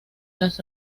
las